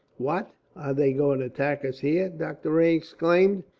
what! are they going to attack us here? doctor rae exclaimed.